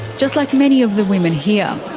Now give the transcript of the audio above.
just like many of the women here.